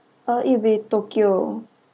uh it'll be tokyo